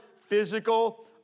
physical